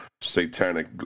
satanic